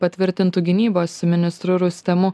patvirtintu gynybos ministru rustemu